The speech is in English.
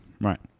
Right